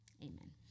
amen